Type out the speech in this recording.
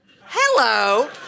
Hello